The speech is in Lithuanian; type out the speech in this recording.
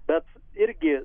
bet irgi